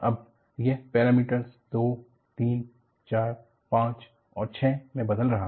अब यह पैरामीटर्स 2 3 4 5 और 6 में बदल रहा है